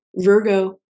Virgo